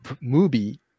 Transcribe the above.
movie